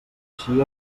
així